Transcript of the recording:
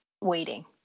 waiting